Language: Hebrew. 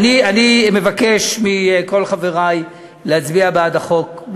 אני מבקש מכל חברי להצביע בעד החוק,